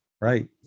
Right